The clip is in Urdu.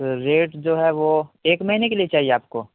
ریٹ جو ہے وہ ایک مہینے کے لیے چاہیے آپ کو